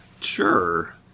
sure